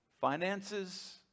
finances